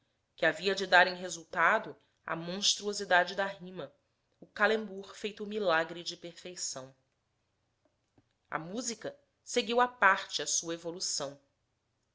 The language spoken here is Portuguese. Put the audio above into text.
que havia de dar em resultado a monstruosidade da rima o calembur feito milagre de perfeição a música seguiu à parte a sua evolução